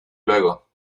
luego